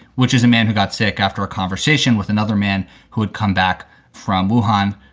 which is a man who got sick after a conversation with another man who had come back from suhan.